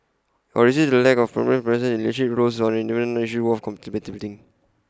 or is the lack of female presence in leadership roles not even an issue worth contemplating